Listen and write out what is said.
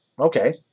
okay